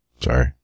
Sorry